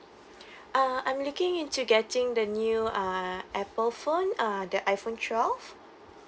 uh I'm looking into getting the new uh apple phone uh the iphone twelve